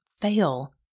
fail